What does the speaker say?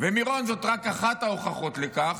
מירון זאת רק אחת ההוכחות לכך,